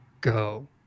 go